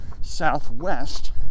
southwest